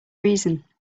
reason